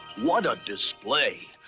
what a display!